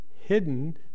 hidden